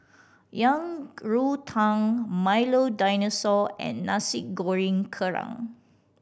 Yang Rou Tang Milo Dinosaur and Nasi Goreng Kerang